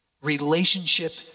Relationship